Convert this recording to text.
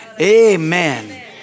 Amen